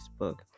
Facebook